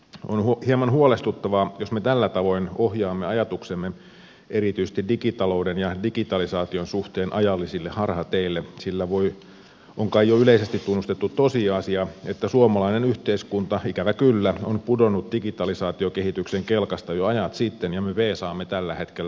on hieman huolestuttavaa jos me tällä tavoin ohjaamme ajatuksemme erityisesti digitalouden ja digitalisaation suhteen ajallisille harhateille sillä on kai jo yleisesti tunnustettu tosiasia että suomalainen yhteiskunta ikävä kyllä on pudonnut digitalisaatiokehityksen kelkasta jo ajat sitten ja me peesaamme tällä hetkellä muita